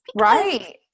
right